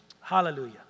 Hallelujah